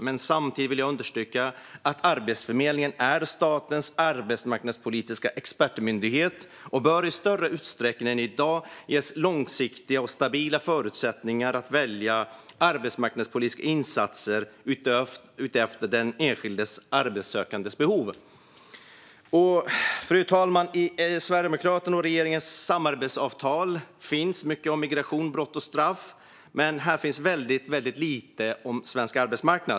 Men samtidigt vill jag understryka att Arbetsförmedlingen är statens arbetsmarknadspolitiska expertmyndighet och bör i större utsträckning än i dag ges långsiktiga och stabila förutsättningar att välja arbetsmarknadspolitiska insatser efter den enskilde arbetssökandes behov. Fru talman! I Sverigedemokraternas och regeringens samarbetsavtal finns mycket om migration, brott och straff. Men här finns väldigt lite om svensk arbetsmarknad.